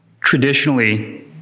traditionally